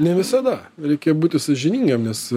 ne visada reikia būti sąžiningiem nes